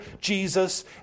Jesus